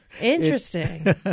Interesting